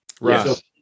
Right